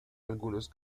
algunos